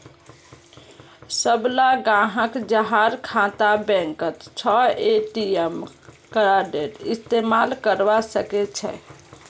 सबला ग्राहक जहार खाता बैंकत छ ए.टी.एम कार्डेर इस्तमाल करवा सके छे